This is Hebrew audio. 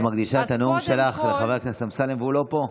את מקדישה את הנאום שלך לחבר הכנסת אמסלם והוא לא פה.